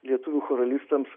lietuvių choralistams